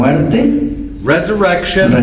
resurrection